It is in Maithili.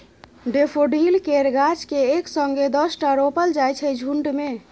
डेफोडिल केर गाछ केँ एक संगे दसटा रोपल जाइ छै झुण्ड मे